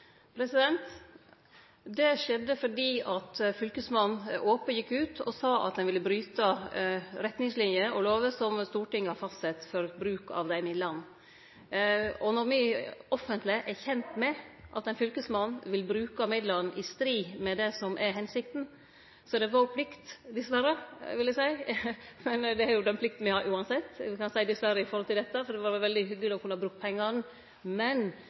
Det skjedde fordi Fylkesmannen ope gjekk ut og sa at ein ville bryte retningslinjer og lover som Stortinget har fastsett for bruken av dei midlane. Og når me offentleg er kjende med at ein fylkesmann vil bruke midlane i strid med det som er hensikta, har me ei plikt – dessverre, vil eg seie, men det er den plikta me har uansett. Me kan seie dessverre når det gjeld dette, for det ville vore veldig hyggeleg å kunne bruke pengane, men